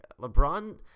lebron